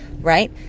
right